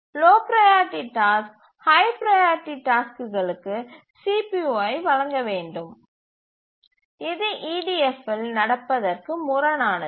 low priority task high priority டாஸ்க்குகளுக்கு CPU ஐ வழங்க வேண்டும் இது EDF இல் நடப்பதற்கு முரணானது